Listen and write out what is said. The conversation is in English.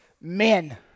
men